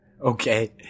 Okay